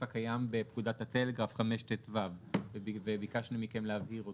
הקיים בפקודת הטלגרף 5טו וביקשנו מכם להבהיר אותו.